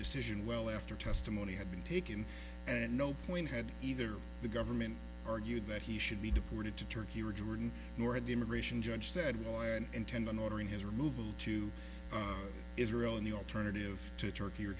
decision well after testimony had been taken and at no point had either the government argued that he should be deported to turkey or jordan nor had the immigration judge said roy and intend on ordering his removal to israel and the alternative to turkey or